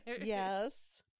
yes